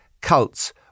cults